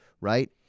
right